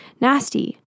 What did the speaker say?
nasty